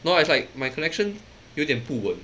no lah it's like my connection 有一点不稳